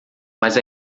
mas